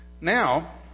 Now